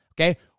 okay